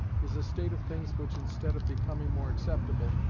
is a state of things which instead of becoming more acceptable,